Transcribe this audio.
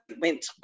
went